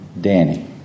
Danny